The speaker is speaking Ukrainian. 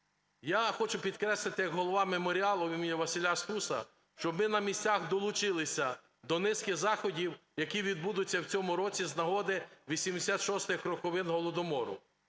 Я хочу підкреслити як Голова "Меморіалу" імені Василя Стуса, щоб ми на місцях долучилися до низки заходів, які відбудуться в цьому році з нагоди 86 роковин Голодомору.